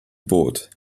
boot